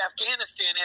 Afghanistan